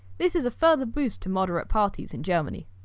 this is a further boost to moderate parties in germany.